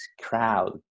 crowd